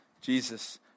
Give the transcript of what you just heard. Jesus